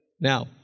Now